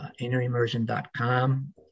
innerimmersion.com